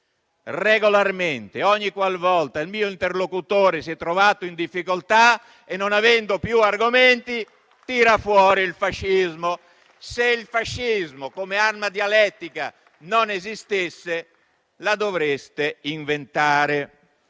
regolarmente, ogniqualvolta il mio interlocutore si è trovato in difficoltà e non ha avuto più argomenti, ha tirato fuori il fascismo. Se il fascismo come arma dialettica non esistesse, la dovreste inventare.